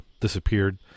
disappeared